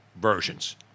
versions